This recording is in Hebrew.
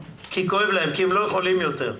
כי כואב להם, כי הם לא יכולים יותר,